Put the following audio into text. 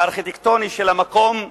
הארכיטקטוני של המקום,